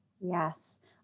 Yes